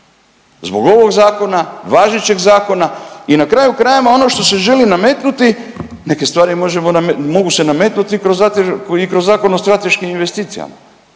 Zbog ovog zakona, važećeg zakona i na kraju krajeva ono što se želi nametnuti, neke stvari možemo, mogu se nametnuti kroz i kroz Zakon o strateškim investicijama.